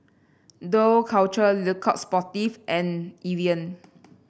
Dough Culture Le Coq Sportif and Evian